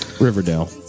Riverdale